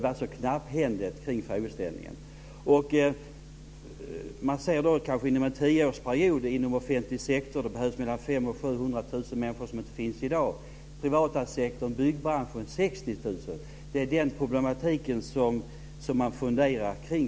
Vi kan se att det inom en tioårsperiod kommer att behövas mellan 500 000 och 700 000 människor inom offentlig sektor som inte finns i dag. För den privata sektorn, t.ex. byggbranschen, är siffran 60 000. Det är den problematiken man funderar kring.